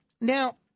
now